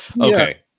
okay